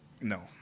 No